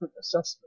assessment